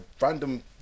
random